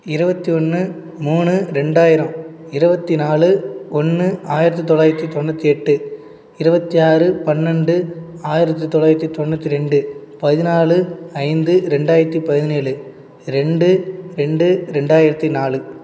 இருபத்தி ஒன்று மூணு ரெண்டாயிரம் இருபத்தினாலு ஒன்று ஆயிரத்து தொள்ளாயிரத்து தொண்ணுாற்றி எட்டு இருபத்தி ஆறு பன்னெண்டு ஆயிரத்து தொள்ளாயிரத்து தொண்ணுாற்றி ரெண்டு பதினாலு ஐந்து ரெண்டாயிரத்து பதினேழு ரெண்டு ரெண்டு ரெண்டாயிரத்து நாலு